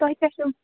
تۄہہِ کیٛاہ